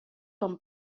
com